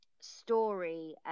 Story